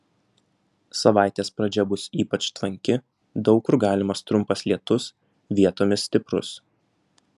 savaitės pradžia bus ypač tvanki daug kur galimas trumpas lietus vietomis stiprus